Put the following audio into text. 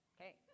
Okay